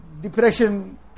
depression